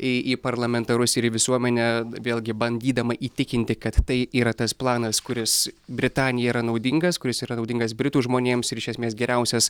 į į parlamentarus ir į visuomenę vėlgi bandydama įtikinti kad tai yra tas planas kuris britanijai yra naudingas kuris yra naudingas britų žmonėms ir iš esmės geriausias